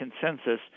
consensus